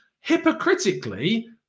hypocritically